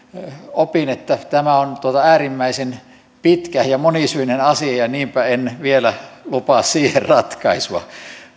että tämä on äärimmäisen pitkä ja monisyinen asia ja ja niinpä en vielä lupaa siihen ratkaisua